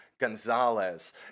Gonzalez